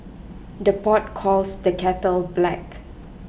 the pot calls the kettle black